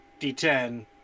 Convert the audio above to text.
d10